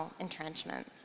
entrenchment